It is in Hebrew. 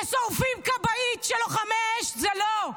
כששורפים כבאית של לוחמי אש, זה לא.